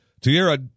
Tierra